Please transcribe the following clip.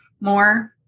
more